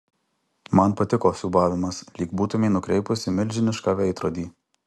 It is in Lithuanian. man patiko siūbavimas lyg būtumei nukreipusi milžinišką veidrodį